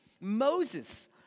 Moses